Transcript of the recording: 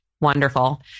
Wonderful